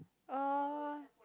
oh